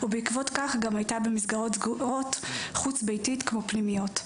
ובעקבות כך גם הייתה במסגרות סגורות חוץ-ביתיות כמו פנימיות.